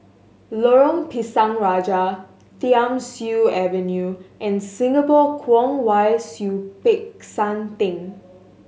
Lorong Pisang Raja Thiam Siew Avenue and Singapore Kwong Wai Siew Peck San Theng